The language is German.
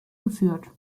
geführt